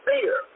fear